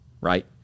Right